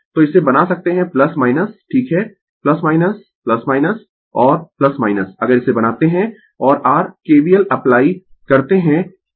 तो इसे बना सकते ठीक है और अगर इसे बनाते है और r KVL एप्लाइ करते है